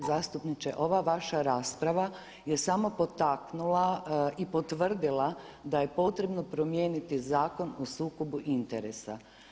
Gospodine zastupniče, ova vaša rasprava je samo potaknula i potvrdila da je potrebno promijeniti Zakon o sukobu interesa.